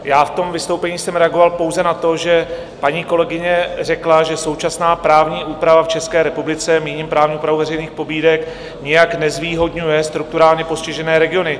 V tom vystoupení jsem reagoval pouze na to, že paní kolegyně řekla, že současná právní úprava v České republice, míním právní úpravu veřejných pobídek, nijak nezvýhodňuje strukturálně postižené regiony.